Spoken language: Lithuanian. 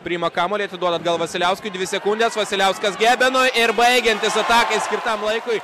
priima kamuolį atiduoda atgal vasiliauskui dvi sekundės vasiliauskas gebenui ir baigiantis atakai skirtam laikui